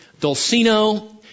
Dulcino